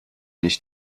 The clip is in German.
nicht